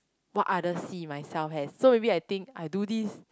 what others see myself as so maybe I think I do this